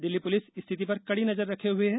Delhi police स्थिति पर कड़ी नजर रखे हुए है